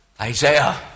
Isaiah